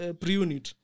pre-unit